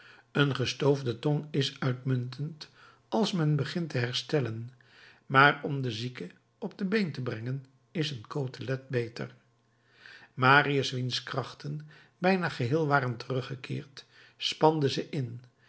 een gestoofde tong is uitmuntend als men begint te herstellen maar om den zieke op de been te brengen is een kotelet beter marius wiens krachten bijna geheel waren teruggekeerd spande ze in